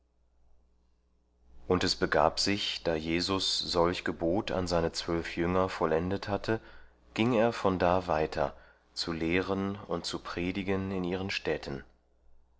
und es begab sich da jesus solch gebot an seine zwölf jünger vollendet hatte ging er von da weiter zu lehren und zu predigen in ihren städten